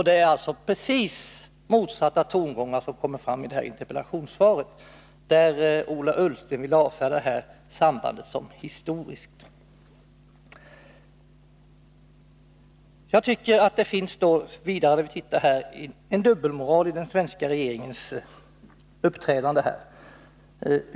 Det är alltså tongångar precis motsatta dem som kommer fram i interpellationssvaret, där Ola Ullsten vill avfärda detta samband som historiskt. Jag tycker att det finns en dubbelmoral i den svenska regeringens uppträdande.